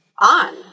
on